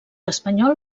espanyol